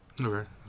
Okay